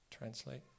Translate